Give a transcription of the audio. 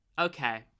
Okay